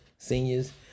seniors